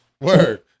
Word